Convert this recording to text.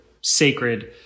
sacred